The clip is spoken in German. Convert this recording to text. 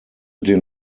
den